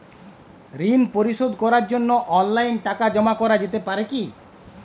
ঋন পরিশোধ করার জন্য অনলাইন টাকা জমা করা যেতে পারে কি?